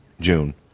June